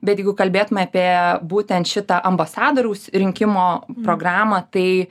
bet jeigu kalbėtume apie būtent šitą ambasadoriaus rinkimo programą tai